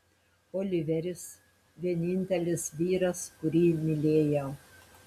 oliveris vienintelis vyras kurį mylėjau